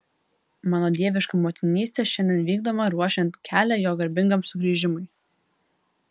mano dieviška motinystė šiandien vykdoma ruošiant kelią jo garbingam sugrįžimui